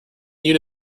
union